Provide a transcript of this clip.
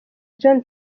john